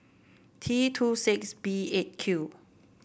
T two six B Eight Q